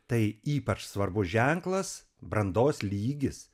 tai ypač svarbus ženklas brandos lygis